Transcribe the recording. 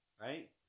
Right